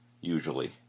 usually